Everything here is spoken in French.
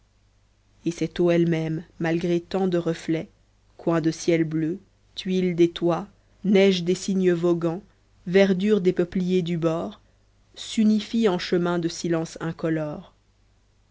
et cette eau elle-même malgré tant de reflets coins de ciel bleu tuiles des toits neige des cygnes voguant verdure des peupliers du bord s'unifie en chemins de silence incolores